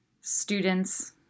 students